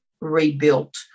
rebuilt